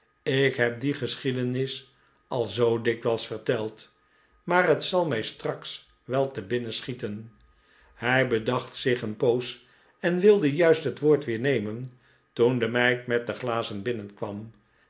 ik heb die geschiedenis al zoo dik wijls verteld maar het zal mij straks wel te binnen schieten hij bedacht zich een poos en wilde juist het woord weer nemen toen de meid met de glazen binnenkwam